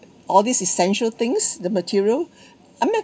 all these essential things the material